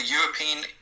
european